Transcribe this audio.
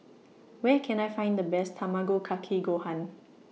Where Can I Find The Best Tamago Kake Gohan